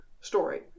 story